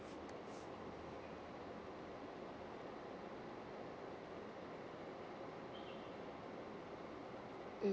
mm